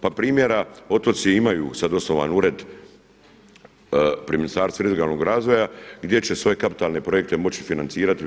Pa primjera, otoci imaju sada osnovan ured pri Ministarstvu regionalnog razvoja gdje će svoje kapitalne projekte moći financirati.